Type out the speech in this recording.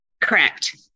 Correct